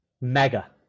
Mega